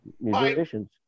musicians